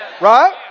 right